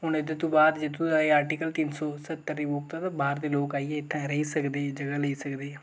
हून एह्दे तूं बाद जित्थूं आर्टीकल तिन सौ सत्तर रीमूव था ते बाह्र दे लोक आइयै इत्थै रेही सकदे जगह् लेई सकदे